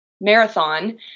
marathon